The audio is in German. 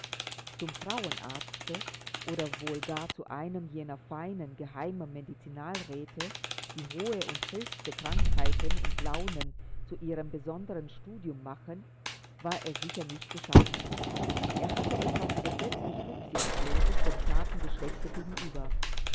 zum frauenarzte oder wohl gar zu einem jener feinen geheimen medizinalräte die hohe und höchste krankheiten und launen zu ihrem besonderen studium machen war er sicher nicht geschaffen er hatte etwas entsetzlich rücksichtsloses dem zarten geschlechte gegenüber